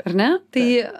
ar ne tai